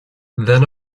then